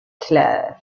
claire